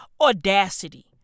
audacity